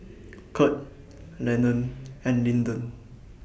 Kurt Lennon and Lyndon